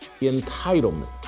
Entitlement